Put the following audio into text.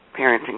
parenting